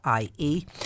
ie